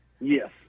Yes